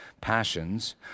passions